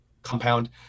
compound